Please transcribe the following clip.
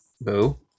Boo